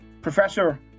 professor